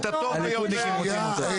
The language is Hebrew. הליכודניקים רוצים אותו.